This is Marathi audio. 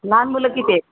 लहान मुलं किती आहेत